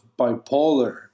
bipolar